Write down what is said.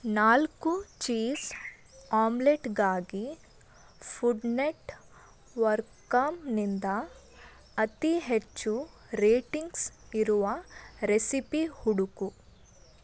ನಾಲ್ಕು ಚೀಸ್ ಆಮ್ಲೆಟ್ಗಾಗಿ ಫುಡ್ ನೆಟ್ ವರ್ಕಾಮ್ನಿಂದ ಅತಿ ಹೆಚ್ಚು ರೇಟಿಂಗ್ಸ್ ಇರುವ ರೆಸಿಪಿ ಹುಡುಕು